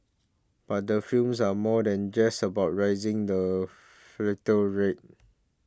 but the films are more than just about rising the fertile rate